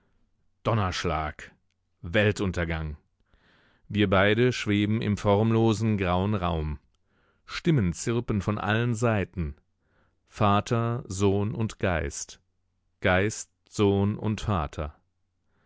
donnerschlag weltuntergang wir beide schweben im formlosen grauen raum stimmen zirpen von allen seiten vater sohn und geist geist sohn und vater